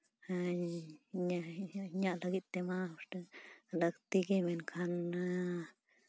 ᱦᱮᱸ ᱤᱧᱟᱹᱜ ᱞᱟᱹᱜᱤᱫ ᱛᱮᱢᱟ ᱞᱟᱹᱠᱛᱤ ᱜᱮ ᱢᱮᱱ ᱠᱷᱟᱱ